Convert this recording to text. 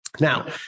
Now